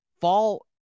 fall